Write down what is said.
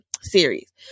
series